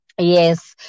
Yes